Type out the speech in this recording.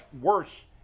worse